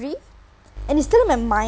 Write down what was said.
three and it's still in my mind